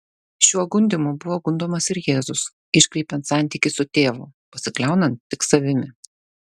šiuo gundymu buvo gundomas ir jėzus iškreipiant santykį su tėvu pasikliaunant tik savimi